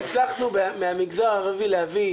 -- כבר הצלחנו מהמגזר הערבי להביא,